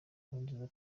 nkurunziza